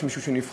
יש מישהו שנבחר,